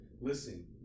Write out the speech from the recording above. listen